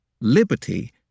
Liberty